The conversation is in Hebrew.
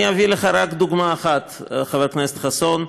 ואני אביא לך רק דוגמה אחת, חבר הכנסת חסון: